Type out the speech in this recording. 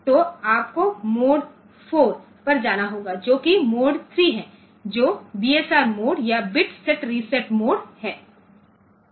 तो आपको मोड 4 पर जाना होगा जो कि मोड 3 है जो बीएसआर मोड या बिट सेट रीसेट मोड है